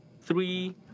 three